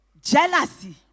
jealousy